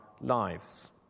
lives